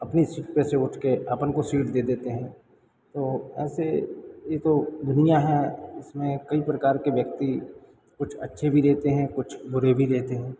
अपनी सीट पर से उठकर अपन को सीट दे देते हैं तो ऐसे यह तो दुनिया है इसमें कई प्रकार के व्यक्ति कुछ अच्छे भी रहते हैं कुछ बुरे भी रहते हैं